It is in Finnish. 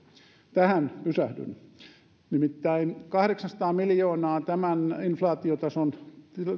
tähän pysähdyn nimittäin kahdeksansataa miljoonaa tämän inflaatiotason